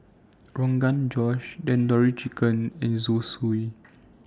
Rogan Josh Tandoori Chicken and Zosui